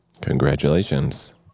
Congratulations